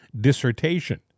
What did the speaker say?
dissertation